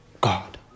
God